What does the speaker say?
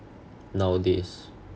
nowadays